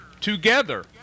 together